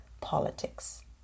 politics